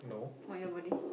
on your body